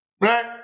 right